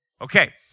Okay